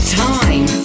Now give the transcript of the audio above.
time